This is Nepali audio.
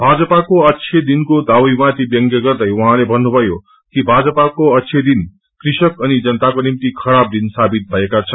भाजपको अअच्छे दिनको दावीमाथि व्यंग गर्दै उहाँले भन्नुभयो कि भाजपाको अच्छे दिन कृषक अनि जनताको निम्ति खराब दिन साबित भएका छन्